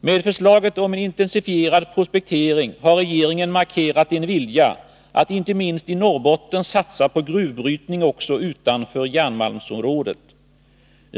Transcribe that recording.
Med förslaget om en intensifierad prospektering har regeringen markerat en vilja att inte minst i Norrbotten satsa på gruvbrytning också utanför järnmalmsområdet.